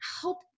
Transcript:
help